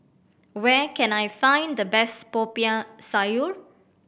where can I find the best Popiah Sayur